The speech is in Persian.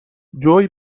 جویی